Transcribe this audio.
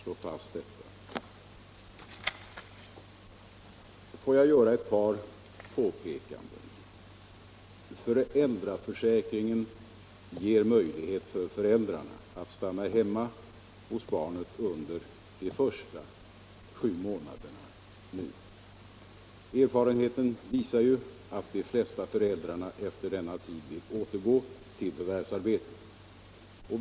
Låt mig göra ett par påpekanden. Föräldraförsäkringen ger nu möjlighet för föräldrarna att stanna hemma hos barnet under de första sju månaderna. Erfarenheten visar ju att de flesta av föräldrarna efter denna tid vill återgå till förvärvsarbetet.